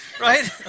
right